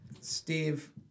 Steve